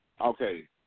Okay